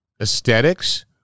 Aesthetics